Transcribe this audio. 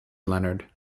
leonard